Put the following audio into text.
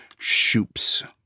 shoops